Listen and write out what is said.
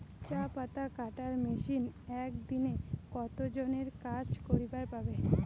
চা পাতা কাটার মেশিন এক দিনে কতজন এর কাজ করিবার পারে?